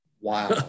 Wow